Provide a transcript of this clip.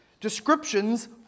descriptions